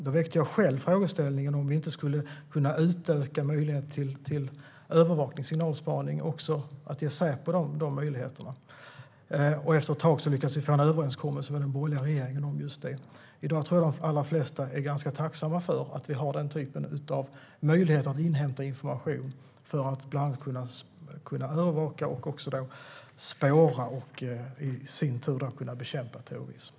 Då väckte jag själv frågeställningen om vi inte skulle kunna utöka möjligheten till övervakning och signalspaning och att ge Säpo de möjligheterna. Efter ett tag lyckades vi få en överenskommelse med den borgerliga regeringen om just detta. I dag tror jag att de allra flesta är ganska tacksamma för att vi har den typen av möjlighet att inhämta information för att bland annat kunna övervaka, spåra och därmed bekämpa terrorism.